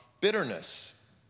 bitterness